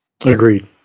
Agreed